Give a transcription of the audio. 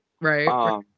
right